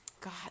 God